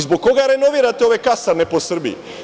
Zbog koga renovirate ove kasarne po Srbiji?